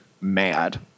mad